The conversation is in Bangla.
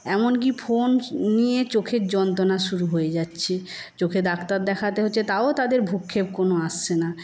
এমনকি ফোন নিয়ে চোখের যন্ত্রণা শুরু হয়ে যাচ্ছে চোখে ডাক্তার দেখাতে হচ্ছে তাও তাদের ভ্রুক্ষেপ কোন আসছে না